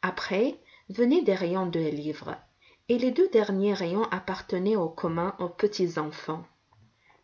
après venaient des rayons de livres et les deux derniers rayons appartenaient en commun aux petits enfants